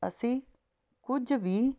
ਅਸੀਂ ਕੁਝ ਵੀ